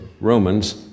Romans